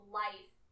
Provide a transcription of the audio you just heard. life